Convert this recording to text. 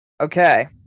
Okay